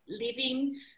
living